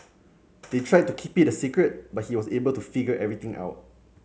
they tried to keep it secret but he was able to figure everything out